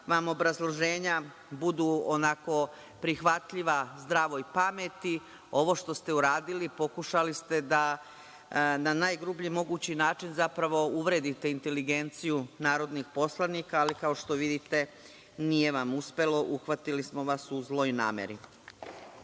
bar obrazloženja budu prihvatljiva zdravoj pameti. Ovo što ste uradili pokušavali ste da najgrublji mogući način zapravo uvredite inteligenciju narodnih poslanika, ali kao što vidite, nije vam uspelo. Uhvatili smo vas u zloj nameri.